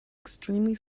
extremely